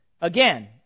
Again